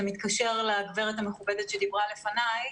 זה מתקשר לדברי הגברת המכובדת שדיברה לפני.